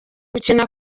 gukina